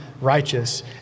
righteous